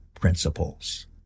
principles